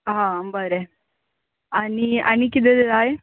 हा बरें आनी आनी कितें जाय